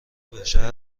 بشر